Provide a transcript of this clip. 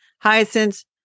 hyacinths